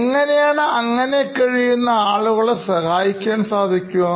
എങ്ങനെയാണ് അങ്ങനെ കഴിയുന്ന ആളുകളെ സഹായിക്കുവാൻ സാധിക്കുക